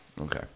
Okay